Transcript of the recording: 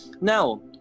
Now